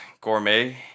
gourmet